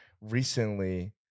recently